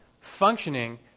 functioning